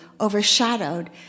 overshadowed